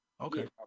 okay